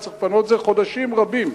וצריך לפנות את זה חודשים רבים.